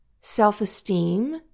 self-esteem